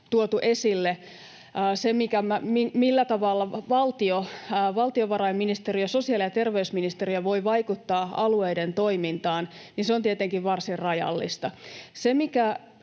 tuotu esille, se, millä tavalla valtio, valtiovarainministeriö ja sosiaali- ja terveysministeriö, voi vaikuttaa alueiden toimintaan, on tietenkin varsin rajallista.